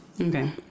Okay